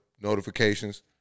notifications